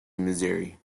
missouri